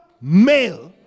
male